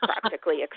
practically